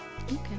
Okay